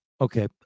okay